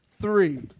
three